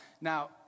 Now